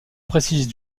précise